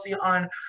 on